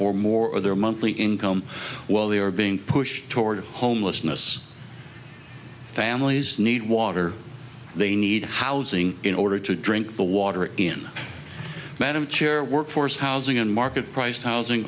or more of their monthly income well they are being pushed toward homelessness families need water they need housing in order to drink the water in madam chair workforce housing and market price housing